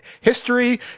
History